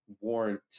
warrant